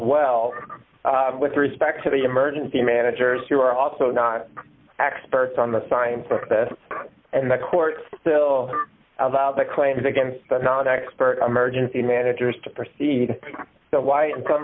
well with respect to the emergency managers who are also not experts on the science for this and the courts still allow the claims against the non expert i'm urgency managers to proceed so why in some